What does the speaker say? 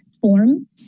form